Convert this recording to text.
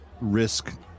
risk